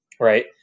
right